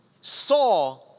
saw